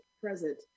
present